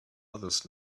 others